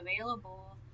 available